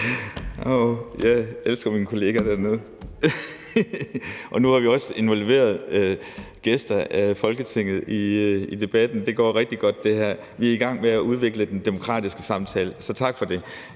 jeg elsker min kollega dernede. Og nu har vi også involveret gæster i Folketinget i debatten. Det går rigtig godt – vi er i gang med at udvikle den demokratiske samtale, så tak for det.